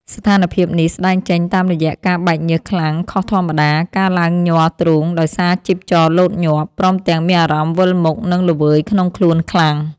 ស្ថានភាពនេះស្តែងចេញតាមរយៈការបែកញើសខ្លាំងខុសធម្មតា ការឡើងញ័រទ្រូងដោយសារជីពចរលោតញាប់ ព្រមទាំងមានអារម្មណ៍វិលមុខ និងល្វើយក្នុងខ្លួនខ្លាំង។